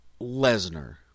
Lesnar